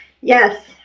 Yes